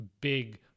big